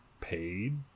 paid